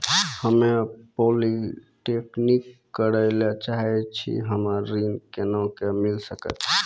हम्मे पॉलीटेक्निक करे ला चाहे छी हमरा ऋण कोना के मिल सकत?